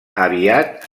aviat